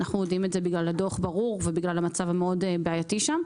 אנחנו יודעים את זה בגלל הדוח ובגלל המצב הבעייתי שם.